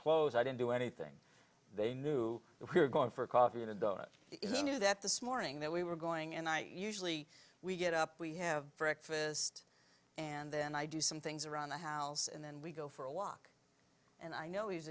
clothes i didn't do anything they knew we were going for a coffee and a donut into that this morning that we were going and i usually we get up we have breakfast and then i do some things around the house and then we go for a walk and i know he